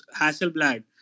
Hasselblad